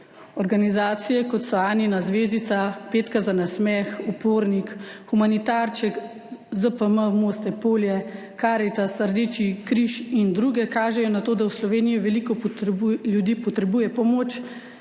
Organizacije, kot so Anina zvezdica, Petka za nasmeh, Upornik, Humanitarček, ZPM Moste-Polje, Karitas, Rdeči križ in druge, kažejo na to, da v Sloveniji veliko ljudi potrebuje pomoč,